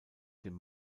dem